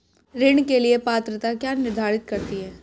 ऋण के लिए पात्रता क्या निर्धारित करती है?